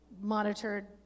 monitored